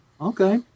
Okay